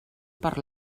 per